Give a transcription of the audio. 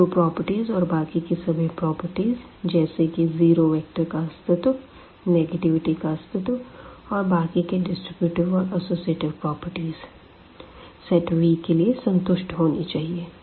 इन दो प्रॉपर्टीज और बाकी की सभी प्रॉपर्टीज जैसे कि जीरो विक्टर का अस्तित्व नेगेटिविटी का अस्तित्व और बाकी के डिस्ट्रीब्यूटिव और अस्सोसिएटिव प्रॉपर्टीज सेट V के लिए संतुष्ट होनी चाहिए